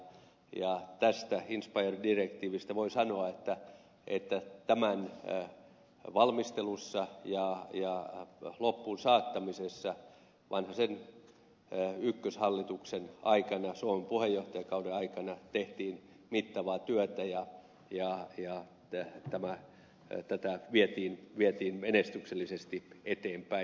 tästä inspire direktiivistä voin sanoa että tämän valmistelussa ja loppuun saattamisessa vanhasen ykköshallituksen aikana suomen puheenjohtajakauden aikana tehtiin mittavaa työtä ja tätä vietiin menestyksellisesti eteenpäin